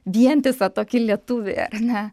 vientisą tokį lietuvį ar ne